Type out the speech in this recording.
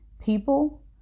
people